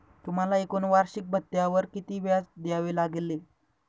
तुम्हाला एकूण वार्षिकी भत्त्यावर किती व्याज द्यावे लागले